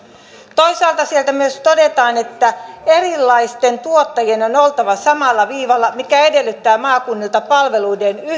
toisaalta siellä myös todetaan että erilaisten tuottajien on oltava samalla viivalla mikä edellyttää maakunnilta palveluiden